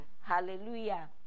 Hallelujah